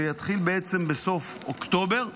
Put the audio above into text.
שיתחיל בעצם בסוף אוקטובר,